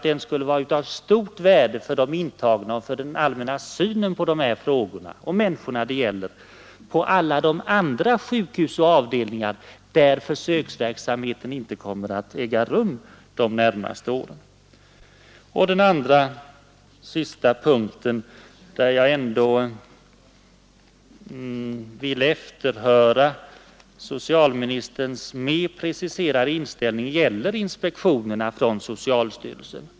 De skulle vara av stort värde för de intagna och för den allmänna synen på dessa frågor och för de människor det gäller på andra sjukhus och anstalter där försöksverksamhet inte kommer att äga rum under de närmaste åren. Den andra punkten där jag likaledes vill efterhöra socialministerns mer preciserade inställning gäller inspektionerna från socialstyrelsen.